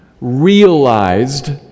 realized